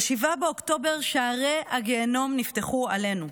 ב-7 באוקטובר שערי הגיהינום נפתחו עלינו: